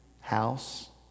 house